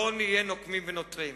לא נהיה נוקמים ונוטרים.